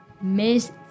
Miss